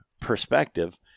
perspective